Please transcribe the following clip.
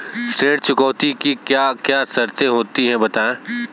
ऋण चुकौती की क्या क्या शर्तें होती हैं बताएँ?